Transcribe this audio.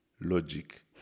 logic